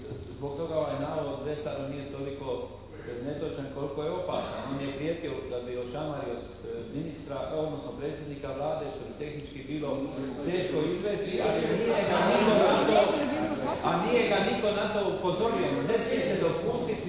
zbog toga ovaj navod Lesaru nije toliko netočan koliko je opasan. On je prijetio da bi ošamario ministra, odnosno predsjednika Vlade, što bi tehnički bilo teško izvesti, ali nije ga nitko na to, a nije ga nitko